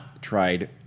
Tried